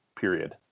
period